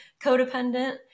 codependent